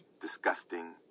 disgusting